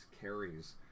carries